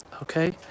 okay